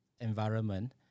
environment